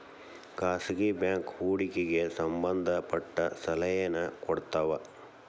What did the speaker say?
ಖಾಸಗಿ ಬ್ಯಾಂಕ್ ಹೂಡಿಕೆಗೆ ಸಂಬಂಧ ಪಟ್ಟ ಸಲಹೆನ ಕೊಡ್ತವ